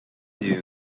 dunes